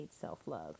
self-love